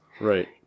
Right